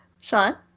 Sean